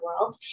world